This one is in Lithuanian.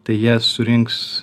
tai jie surinks